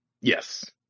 yes